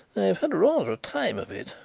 i've had rather a time of it,